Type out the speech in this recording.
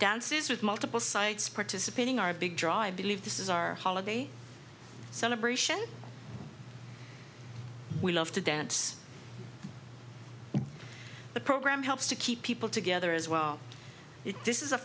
dances with multiple sites participating are a big draw i believe this is our holiday celebration we love to dance the program helps to keep people together as well this is a